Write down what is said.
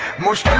most